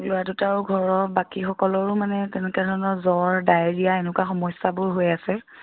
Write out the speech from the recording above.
ল'ৰা দুটাও ঘৰৰ বাকী সকলোৰো মানে তেনেকুৱা ধৰণৰ জ্বৰ ডায়েৰীয়া এনেকুৱা সমস্যাবোৰ হৈ আছে